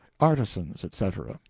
artisans, etc.